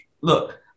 Look